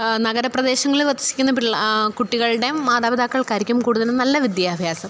നഗരപ്രദേശങ്ങളിൽ വസിക്കുന്ന കുട്ടികളുടെ മാതാപിതാക്കള്ക്ക് ആയിരിക്കും കൂടുതല് നല്ല വിദ്യാഭ്യാസം